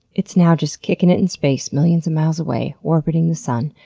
it's now just kicking it in space, millions of miles away, orbiting the sun,